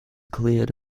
cleared